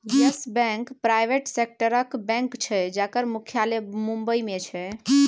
yes Bank private सेक्टरक bank छै जकर मुख्यालय बंबई मे छै